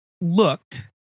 looked